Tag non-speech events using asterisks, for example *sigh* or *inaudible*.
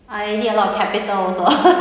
I need a lot of capital also *laughs*